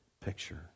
picture